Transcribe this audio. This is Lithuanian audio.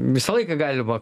visą laiką galima